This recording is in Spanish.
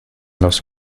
los